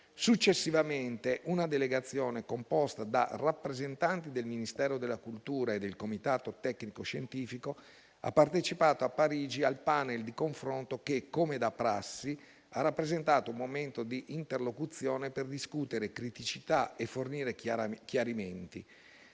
Successivamente, una delegazione composta da rappresentanti del Ministero della cultura e del Comitato tecnico-scientifico ha partecipato a Parigi al *panel* di confronto che, come da prassi, ha rappresentato un momento di interlocuzione per discutere criticità e fornire chiarimenti.